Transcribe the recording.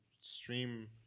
stream